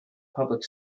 public